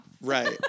Right